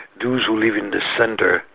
those who live in the centre,